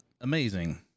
amazing